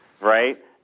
right